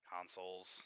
consoles